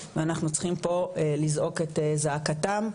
ואנחנו צריכים פה לזעוק את זעקתם.